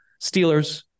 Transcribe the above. Steelers